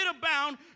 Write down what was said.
abound